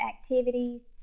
activities